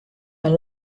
tal